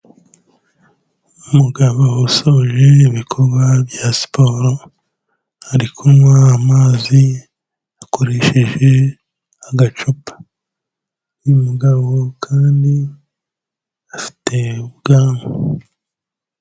Umugabo wasoje ibikorwa bya siporo, ari kunywa amazi akoresheje agacupa. Uyu mugabo kandi afite ubwanwa.